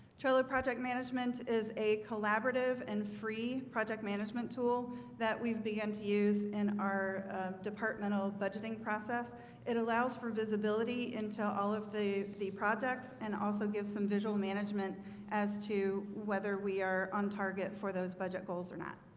troller project management is a collaborative and free project management tool that we've began to use in our our departmental budgeting process it allows for visibility into all of the the projects and also gives some visual management as to whether we are on target for those budget goals or not